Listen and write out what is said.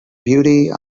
beauty